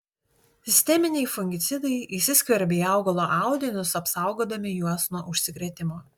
sisteminiai fungicidai įsiskverbia į augalo audinius apsaugodami juos nuo užsikrėtimo